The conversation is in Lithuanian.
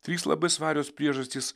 trys labai svarios priežastys